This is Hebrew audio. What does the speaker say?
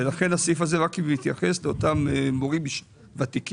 לכן הסעיף הזה מתייחס רק לאותם מורים ותיקים